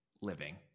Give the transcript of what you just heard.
living